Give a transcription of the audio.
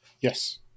Yes